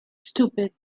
stupid